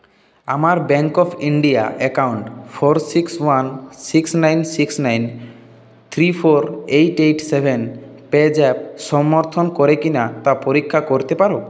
আমার bank of India account four six one six nine six nine three four eight eight seven PayZapp সমর্থন করে কিনা তা পরীক্ষা করতে পার